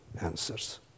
answers